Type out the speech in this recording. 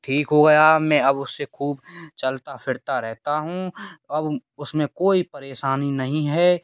ठीक हो गया मैं अब उससे खूब चलता फिरता रहता हूँ अब उसमें कोई परेशानी नहीं है